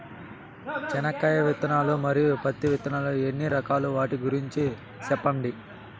చెనక్కాయ విత్తనాలు, మరియు పత్తి విత్తనాలు ఎన్ని రకాలు వాటి గురించి సెప్పండి?